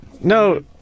No